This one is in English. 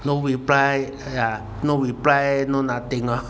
no reply !aiya! no reply no nothing lor